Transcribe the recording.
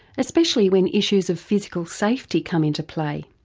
especially when issues of physical safety come into play.